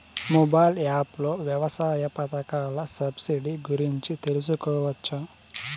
Mobile app లో వ్యవసాయ పథకాల సబ్సిడి గురించి తెలుసుకోవచ్చా?